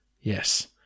Yes